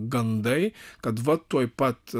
gandai kad va tuoj pat